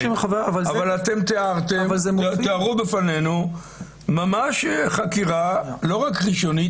אבל תיארו בפנינו ממש חקירה לא רק ראשונית,